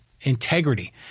integrity